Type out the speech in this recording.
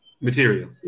material